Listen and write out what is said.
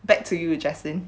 back to you jaslyn